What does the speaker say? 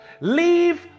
leave